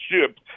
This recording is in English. ship